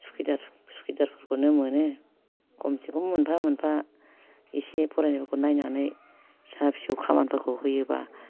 सुखिदार सुखिदारफोरखौनो मोनो खमसेखम मोनफा मोनफा एसे फरायनायखौ नायनानै फिसा फिसौ खामानिफोरखौ होयोबा